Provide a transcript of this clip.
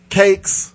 cakes